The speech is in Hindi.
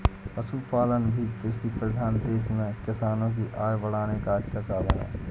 पशुपालन भी कृषिप्रधान देश में किसानों की आय बढ़ाने का अच्छा साधन है